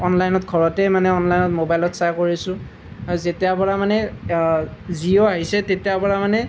অনলাইনত ঘৰতে মানে অনলাইনত ম'বাইলত চোৱা কৰিছোঁ আৰু যেতিয়াৰ পৰা মানে জিঅ' আহিছে তেতিয়াৰ পৰা মানে